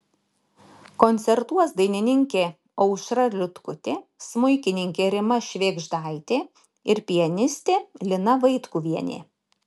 koncertuos dainininkė aušra liutkutė smuikininkė rima švėgždaitė ir pianistė lina vaitkuvienė